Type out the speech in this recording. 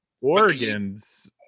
Oregon's